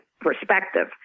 perspective